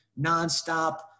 nonstop